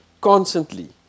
constantly